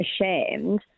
ashamed